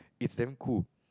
it's damn cool